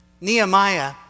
Nehemiah